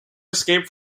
escape